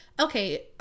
Okay